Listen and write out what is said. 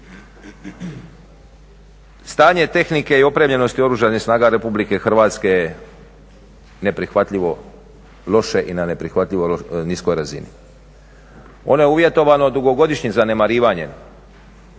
Stanje tehnike i opremljenosti Oružanih snaga Republike Hrvatske je neprihvatljivo loše i na neprihvatljivo niskoj razini. Ono je uvjetovano dugogodišnjim zanemarivanjem,